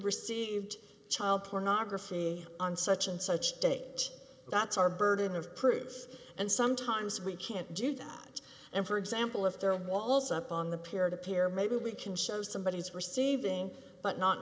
received child pornography on such and such date that's our burden of proof and sometimes we can't do that and for example if there are walls up on the peer to peer maybe we can show somebody is receiving but not